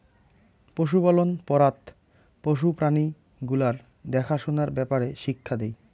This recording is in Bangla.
পশুপালন পড়াত পশু প্রাণী গুলার দ্যাখা সুনার ব্যাপারে শিক্ষা দেই